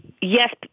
Yes